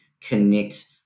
connect